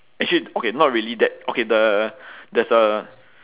actually okay not really that okay the there's a